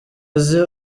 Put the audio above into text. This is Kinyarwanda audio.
azi